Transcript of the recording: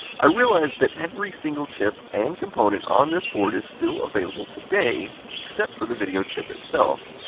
i realized that every single chip and component on this board is still available today, except for the video chip itself.